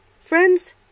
Friends